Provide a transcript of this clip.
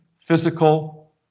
physical